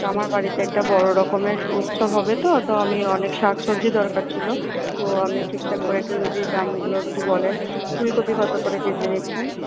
আমার বাড়িতে একটা বড়ো রকমের উৎসব হবে তো তো আমি অনেক শাক সবজি দরকার ছিল তো আপনি ঠিকঠাক করে একটু যদি দামগুলো একটু বলেন ফুলকপি কত করে কেজি নিচ্ছেন